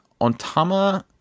Ontama